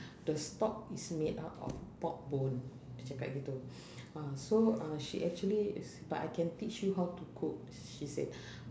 the stock is made up of pork bone dia cakap gitu ah so uh she actually but I can teach you how to cook she said